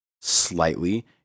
Slightly